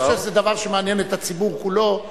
אני חושב שזה דבר שמעניין את הציבור כולו.